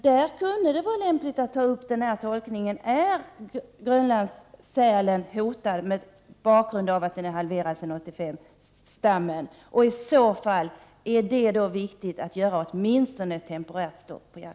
Där kunde det vara lämpligt att ta upp frågan om huruvida Grönlandssälen är hotad, mot bakgrund av att sälstammen har halverats sedan 1985. Och om så är fallet är det viktigt att införa åtminstone ett temporärt stopp av jakten.